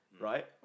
Right